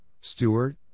Stewart